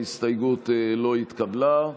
ההסתייגות לא התקבלה.